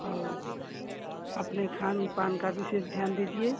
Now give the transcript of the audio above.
और अपने खान पान का विशेष ध्यान दीजिए